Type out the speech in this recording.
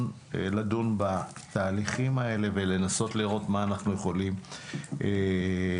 לדון בתהליכים האלה ולנסות לראות מה אנחנו יכולים לעשות.